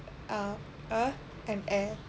um earth and air